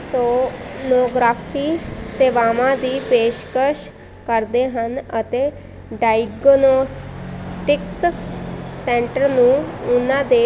sonography ਸੇਵਾਵਾਂ ਦੀ ਪੇਸ਼ਕਸ਼ ਕਰਦੇ ਹਨ ਅਤੇ ਡਾਇਗਨੌਸਟਿਕਸ ਸੈਂਟਰ ਨੂੰ ਉਹਨਾਂ ਦੇ